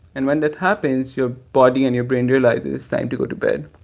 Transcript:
and when that happens, your body and your brain realize that it's time to go to bed.